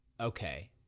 Okay